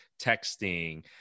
texting